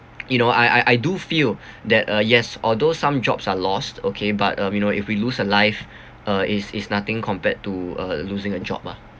you know I I I do feel that uh yes although some jobs are lost okay but uh you know if we lose a life uh is is nothing compared to uh losing a job lah